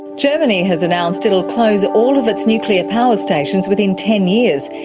germany has announced it will close all of its nuclear power stations within ten years.